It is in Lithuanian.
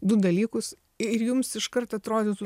du dalykus ir jums iškart atrodytų